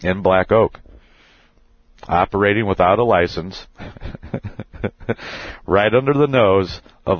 in black oak operating without a license right under the nose of